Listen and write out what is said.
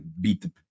beat